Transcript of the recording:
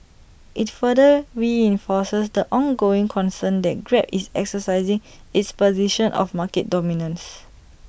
IT further reinforces the ongoing concern that grab is exercising its position of market dominance